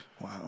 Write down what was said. Wow